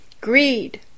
greed